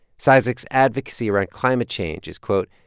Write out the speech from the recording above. cizik's advocacy around climate change is, quote,